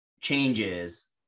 changes